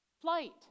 flight